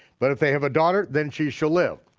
but if they have a daughter, then she shall live.